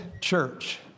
Church